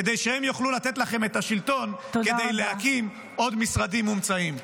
כדי שהם יוכלו לתת לכם את השלטון כדי להקים עוד משרדים מומצאים.